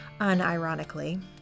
unironically